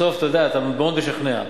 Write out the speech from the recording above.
בסוף, אתה יודע, אתה מאוד משכנע.